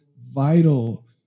vital